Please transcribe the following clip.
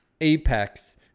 apex